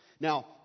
Now